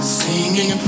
singing